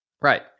Right